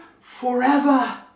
forever